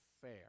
fair